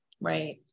Right